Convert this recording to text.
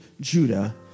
Judah